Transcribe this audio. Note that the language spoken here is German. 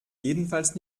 jedenfalls